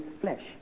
flesh